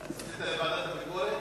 שתקבע ועדת הכנסת נתקבלה.